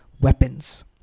weapons